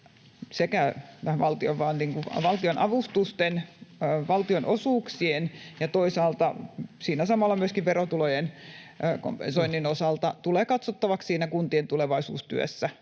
valtionavustusten, valtionosuuksien ja toisaalta siinä samalla myöskin verotulojen kompensoinnin osalta tulee katsottavaksi siinä kuntien tulevaisuustyössä.